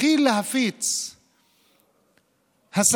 התחיל להפיץ הסתה